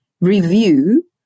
review